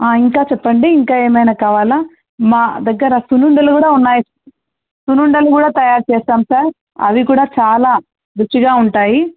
ఇంకా చెప్పండి ఇంకా ఏమైనా కావాలా మా దగ్గర సున్నుండలు కూడా ఉన్నాయి సున్నుండలు కూడా తయారు చేస్తాం సార్ అవి కూడా చాలా రుచిగా ఉంటాయి